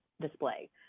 display